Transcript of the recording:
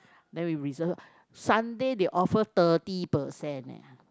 then we reserve Sunday they offer thirty percent eh